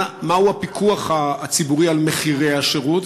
מהו הפיקוח הציבורי על מחירי השירות?